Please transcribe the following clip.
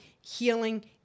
healing